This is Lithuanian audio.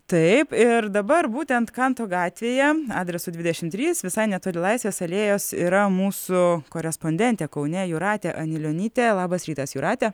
taip ir dabar būtent kanto gatvėje adresu dvidešimt trys visai netoli laisvės alėjos yra mūsų korespondentė kaune jūratė anilionytė labas rytas jūrate